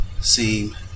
seem